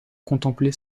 contempler